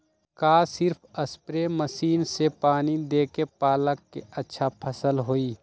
का सिर्फ spray machine से पानी देके पालक के अच्छा फसल होई?